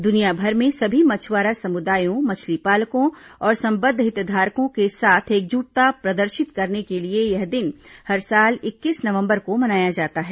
दुनियाभर में सभी मछुआरा समुदायों मछली पालकों और संबद्ध हितधारकों के साथ एकजुटता प्रदर्शित करने के लिए यह दिन हर साल इक्कीस नवंबर को मनाया जाता है